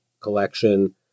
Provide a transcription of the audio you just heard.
collection